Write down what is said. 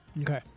Okay